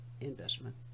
investment